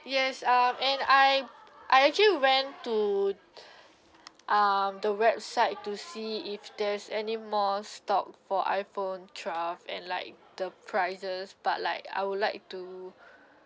yes um and I I actually went to um the website to see if there's any more stock for iphone twelve and like the prices but like I would like to